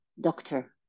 doctor